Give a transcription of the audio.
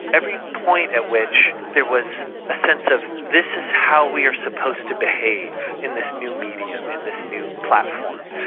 every point at which there was a sense of this is how we are supposed to behave in this new medium, in this new platform',